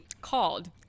called